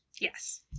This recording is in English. Yes